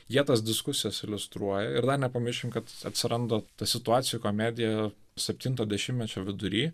jie tas diskusijas iliustruoja ir dar nepamiršim kad atsiranda ta situacijų komedija septinto dešimtmečio vidury